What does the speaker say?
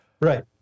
Right